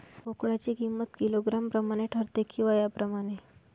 बोकडाची किंमत किलोग्रॅम प्रमाणे ठरते कि वयाप्रमाणे?